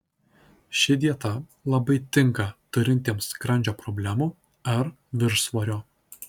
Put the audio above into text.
ši dieta labai tinka turintiems skrandžio problemų ar viršsvorio